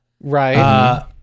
Right